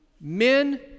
men